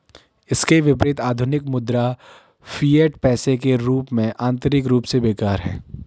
इसके विपरीत, आधुनिक मुद्रा, फिएट पैसे के रूप में, आंतरिक रूप से बेकार है